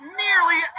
nearly